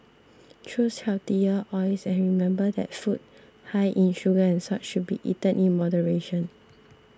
choose healthier oils and remember that food high in sugar and salt should be eaten in moderation